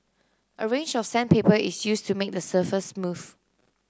a range of sandpaper is used to make the surface smooth